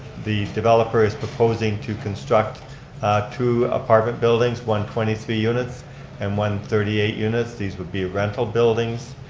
the developer is proposing to construct two apartment buildings, one twenty three units and one thirty eight units. these would be rental buildings.